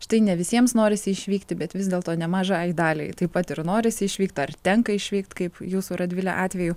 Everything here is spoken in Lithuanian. štai ne visiems norisi išvykti bet vis dėlto nemažai daliai taip pat ir norisi išvykti ar tenka išvykt kaip jūsų radvile atveju